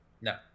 no